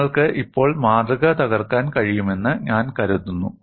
നിങ്ങൾക്ക് ഇപ്പോൾ മാതൃക തകർക്കാൻ കഴിയുമെന്ന് ഞാൻ കരുതുന്നു